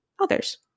others